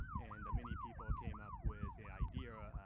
and many people came up with the idea,